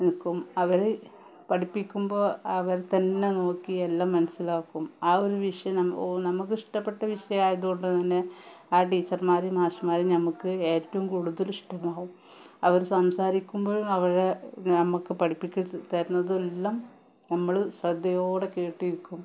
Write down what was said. നില്ക്കും അവര് പഠിപ്പിക്കുമ്പോള് അവരെത്തന്നെ നോക്കി എല്ലാം മനസ്സിലാക്കും ആ ഒരു വിഷയം നമുക്കിഷ്ടപ്പെട്ട വിഷയമായതുകൊണ്ട് തന്നെ ആ ടീച്ചർമാരും മാഷ്മാരും നമ്മള്ക്ക് ഏറ്റവും കൂടുതല് ഇഷ്ടമാവും അവര് സംസാരിക്കുമ്പോഴും അവര് നമുക്ക് പഠിപ്പിക്ക് തരുന്നതുമെല്ലാം നമ്മള് ശ്രദ്ധയോടെ കേട്ടിരിക്കും